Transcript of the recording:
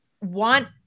want